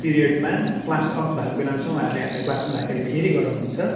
पिरियडमा class off भएको बेलामा चाहिँ उहाँहरूले हामीलाई क्लासमा राखेर फेरि गराउनुहुन्छ